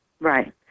Right